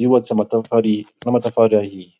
yubatse n' amatafari ahiye.